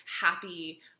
happy